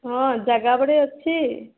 ହଁ ଜାଗାବାଡ଼ି ଅଛି